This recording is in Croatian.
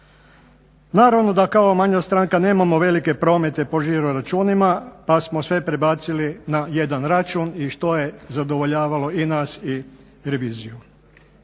Naravno da kao manja stranka nemamo velike promete po žiro računima, pa smo sve prebacili na jedan račun i što je zadovoljavalo i nas i reviziju.